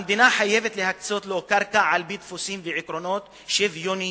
המדינה חייבת להקצות לו קרקע על-פי דפוסים ועקרונות שוויוניים,